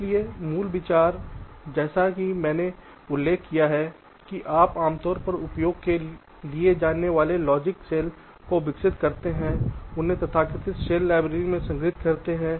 इसलिए मूल विचार जैसा कि मैंने उल्लेख किया है कि आप आमतौर पर उपयोग किए जाने वाले लॉजिक सेलको विकसित करते हैं और उन्हें तथाकथित सेल लाइब्रेरी में संग्रहीत करते हैं